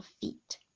feet